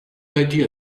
idea